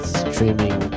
streaming